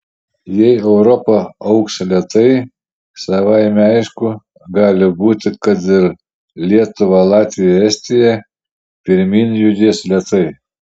jei europa augs lėtai savaime aišku gali būti kad ir lietuva latvija estija pirmyn judės lėtai